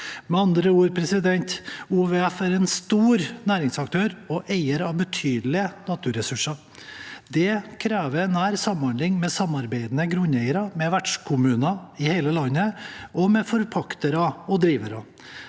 Med andre ord er OVF en stor næringsaktør og eier av betydelige naturressurser. Det krever nær samhandling med samarbeidende grunneiere, med vertskommuner i hele landet og med forpaktere og drivere.